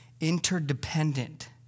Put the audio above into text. interdependent